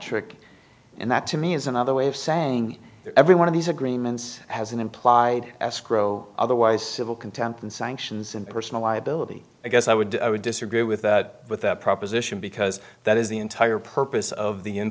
ric and that to me is another way of saying every one of these agreements has an implied escrow otherwise civil contempt and sanctions and personal liability i guess i would disagree with that proposition because that is the entire purpose of the in